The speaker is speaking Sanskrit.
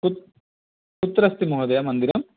कुत् कुत्र अस्ति महोदया मन्दिरम्